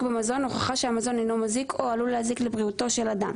במזון הוכחה שהמזון אינו מזיק או עלול להזיק לבריאותו של אדם,